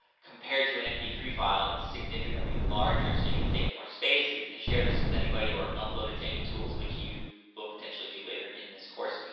compared to an m p three file, it's significantly larger, so you going to take up more space. if you going to share this with anybody or upload it to any tools, which you will potentially do later in this course,